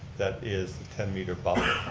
that is the ten meter buffer.